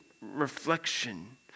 reflection